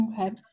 Okay